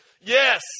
Yes